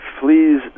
flees